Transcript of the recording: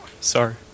Sorry